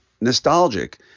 nostalgic